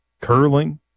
curling